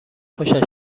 خوشش